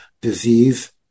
disease